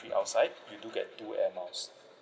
outside you do get two air miles